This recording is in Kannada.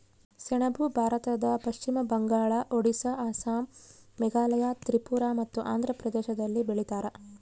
ಸೆಣಬು ಭಾರತದ ಪಶ್ಚಿಮ ಬಂಗಾಳ ಒಡಿಸ್ಸಾ ಅಸ್ಸಾಂ ಮೇಘಾಲಯ ತ್ರಿಪುರ ಮತ್ತು ಆಂಧ್ರ ಪ್ರದೇಶದಲ್ಲಿ ಬೆಳೀತಾರ